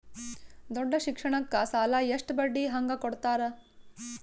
ದೊಡ್ಡ ಶಿಕ್ಷಣಕ್ಕ ಸಾಲ ಎಷ್ಟ ಬಡ್ಡಿ ಹಂಗ ಕೊಡ್ತಾರ?